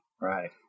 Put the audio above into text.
Right